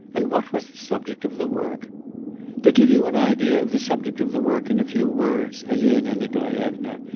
and what was the subject of the work to give you an idea of the subject of the work in few words, elena nikolaevna,